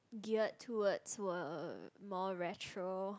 geared towards were more retro